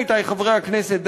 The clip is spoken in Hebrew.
עמיתי חברי הכנסת,